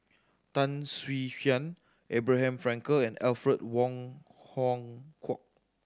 Tan Swie Hian Abraham Frankel and Alfred Wong Hong Kwok